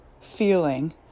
feeling